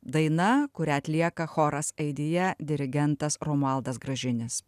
daina kurią atlieka choras aidija dirigentas romualdas gražinis